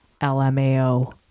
LMAO